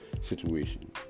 situation